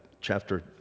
Chapter